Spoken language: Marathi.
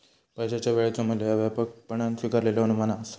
पैशाचा वेळेचो मू्ल्य ह्या व्यापकपणान स्वीकारलेलो अनुमान असा